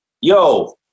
Yo